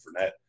Fournette